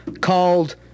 called